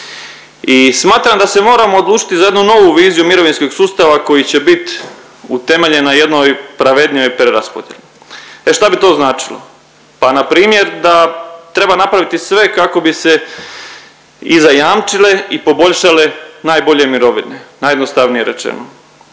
i smatram da se moramo odlučiti za jednu novu viziju mirovinskog sustava koji će bit utemeljen na jednoj pravednijoj preraspodjeli. E šta bi to značilo pa npr. da treba napraviti sve kako bi se i zajamčile i poboljšale najbolje mirovine najjednostavnije rečeno.